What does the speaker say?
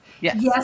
Yes